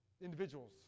individuals